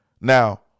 Now